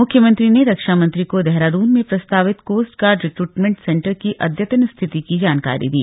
मुख्यमंत्री ने रक्षा मंत्री को देहरादन में प्रस्तावित कोस्ट गार्ड रिक्रटमेंट सेंटर की अदयतन स्थिति की जानकारी दी